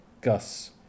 Gus